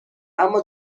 اما